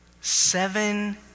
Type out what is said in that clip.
Seven